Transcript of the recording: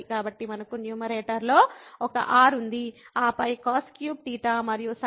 కాబట్టి మనకు న్యూమరేటర్లో ఒక r ఉంది ఆపై cos3θ మరియు sin3θ